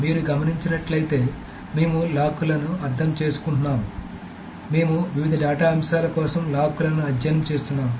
మీరు గమనించినట్లయితే మేము లాక్ లను అర్థం చేసుకుంటున్నాము మేము వివిధ డేటా అంశాల కోసం లాక్ లను అధ్యయనం చేస్తున్నాము